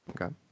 Okay